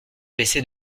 baissé